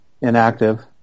inactive